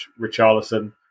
Richarlison